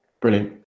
brilliant